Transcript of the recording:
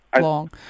long